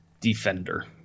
defender